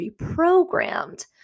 reprogrammed